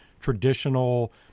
traditional